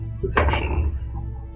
Perception